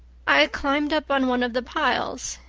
i climbed up on one of the piles,